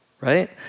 right